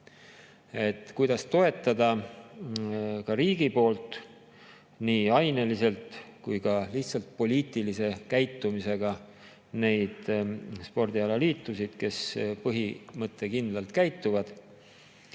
Kuidas saab riik toetada nii aineliselt kui ka lihtsalt poliitilise käitumisega neid spordialaliitusid, kes põhimõttekindlalt käituvad?